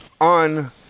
on